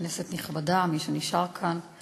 כנסת נכבדה, מי שנשאר כאן,